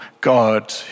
God